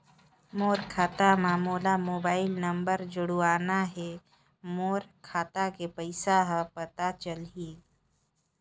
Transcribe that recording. मोर खाता मां मोला मोबाइल नंबर जोड़वाना हे मोर खाता के पइसा ह पता चलाही?